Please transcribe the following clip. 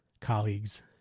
colleagues